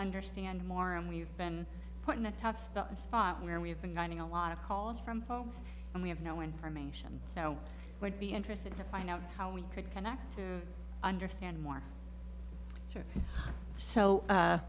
understand more and we've been put in a tough spot where we've been getting a lot of calls from home and we have no information now would be interesting to find out how we could connect to understand more so